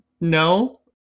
no